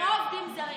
כמו עובדים זרים,